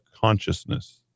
consciousness